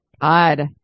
Odd